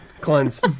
Cleanse